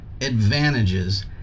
advantages